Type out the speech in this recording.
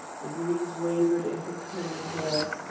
the breeze wavered in her curling hair,